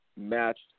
matched